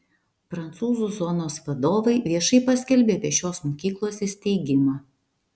prancūzų zonos vadovai viešai paskelbė apie šios mokyklos įsteigimą